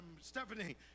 Stephanie